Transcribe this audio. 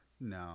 No